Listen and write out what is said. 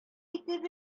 итеп